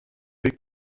weg